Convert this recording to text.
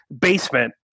basement